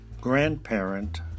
grandparent